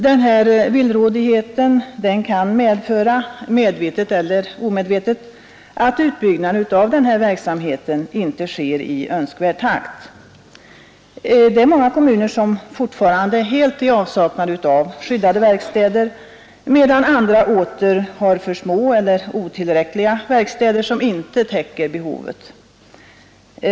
Den här villrådigheten kan medföra — medvetet eller omedvetet — att utbyggnaden av verksamheten inte sker i önskvärd takt. Många kommuner är fortfarande helt i avsaknad av skyddade verkstäder, medan andra åter har för små eller otillräckliga verkstäder, som inte täcker behovet.